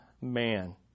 man